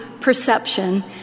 perception